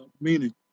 meaning